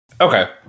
Okay